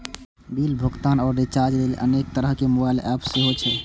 bill भुगतान आ recharge लेल अनेक तरहक मोबाइल एप सेहो छै